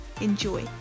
Enjoy